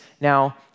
now